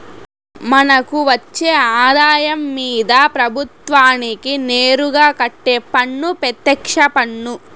మనకు వచ్చే ఆదాయం మీద ప్రభుత్వానికి నేరుగా కట్టే పన్ను పెత్యక్ష పన్ను